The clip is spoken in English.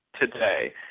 today